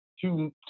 two